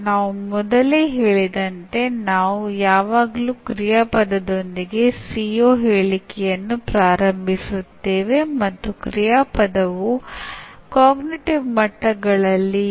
ಮತ್ತು ಕೆಲವೊಮ್ಮೆ ನಾವು ಕಲಿತದ್ದೆಲ್ಲವೂ ನಮಗೆ ವ್ಯತ್ಯಾಸವನ್ನುಂಟುಮಾಡಬಹುದು ಕೆಲವೊಮ್ಮೆ ನಮಗೆ ವ್ಯತ್ಯಾಸವನ್ನುಂಟು ಮಾಡದಿರಬಹುದು